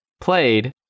played